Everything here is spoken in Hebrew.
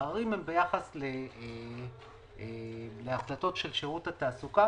העררים הם ביחס להחלטות של שירות התעסוקה